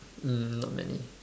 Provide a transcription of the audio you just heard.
mm not many